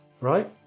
right